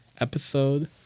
episode